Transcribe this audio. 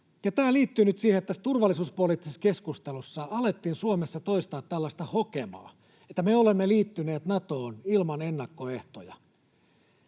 Tämä liittyy nyt siihen, että turvallisuuspoliittisessa keskustelussa alettiin Suomessa toistaa tällaista hokemaa, että me olemme liittyneet Natoon ilman ennakkoehtoja.